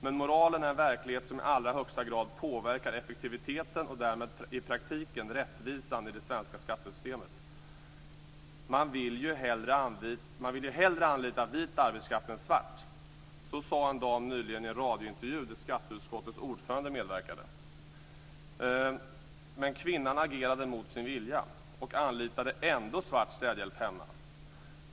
Men moralen är den verklighet som i allra högsta grad påverkar effektiviteten och därmed i praktiken rättvisan i det svenska skattesystemet. Man vill ju hellre anlita vit arbetskraft än svart, så sade en dam nyligen i en radiointervju där skatteutskottets ordförande medverkade. Men kvinnan agerade mot sin vilja och anlitade ändå svart städhjälp hemma.